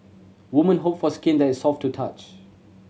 woman hope for skin that is soft to touch